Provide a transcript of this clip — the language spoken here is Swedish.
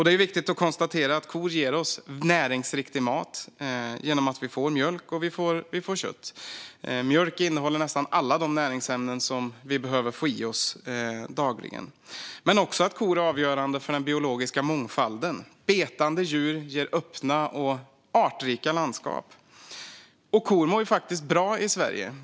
Det är viktigt att konstatera att kor ger oss näringsriktig mat genom att vi får mjölk och kött. Mjölk innehåller nästan alla de näringsämnen som vi behöver få i oss dagligen. Men kor är också avgörande för den biologiska mångfalden. Betande djur ger öppna och artrika landskap. Och kor mår faktiskt bra i Sverige.